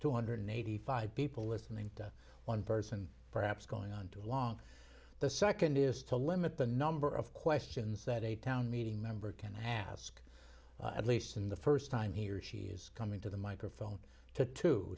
two hundred eighty five people listening to one person perhaps going on too long the second is to limit the number of questions that a town meeting member can ask at least in the first time he or she is coming to the microphone to to